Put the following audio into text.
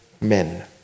men